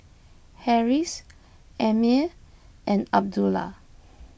Harris Ammir and Abdullah